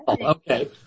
Okay